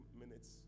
minutes